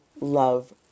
love